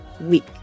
week